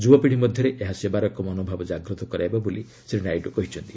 ଯୁବପିଡ଼ୀ ମଧ୍ୟରେ ଏହା ସେବାର ଏକ ମନୋଭାବ ଜାଗ୍ରତ କରାଇବ ବୋଲି ଶ୍ରୀ ନାଇଡୁ କହିଛନ୍ତି